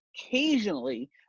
occasionally